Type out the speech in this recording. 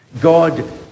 God